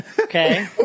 Okay